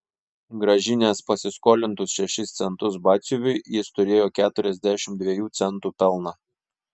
grąžinęs pasiskolintus šešis centus batsiuviui jis turėjo keturiasdešimt dviejų centų pelną